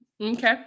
Okay